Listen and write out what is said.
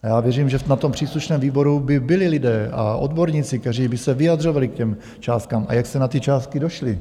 Já věřím, že na tom příslušném výboru by byli lidé a odborníci, kteří by se vyjadřovali k těm částkám, a jak jste na ty částky došli.